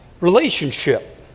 relationship